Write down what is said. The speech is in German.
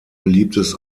beliebtes